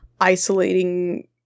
isolating